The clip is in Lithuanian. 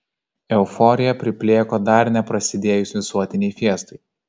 euforija priplėko dar neprasidėjus visuotinei fiestai